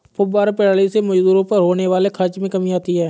फौव्वारा प्रणाली से मजदूरों पर होने वाले खर्च में कमी आती है